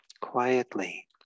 quietly